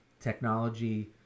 technology